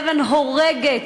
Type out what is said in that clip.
אבן הורגת,